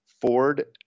Ford